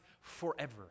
forever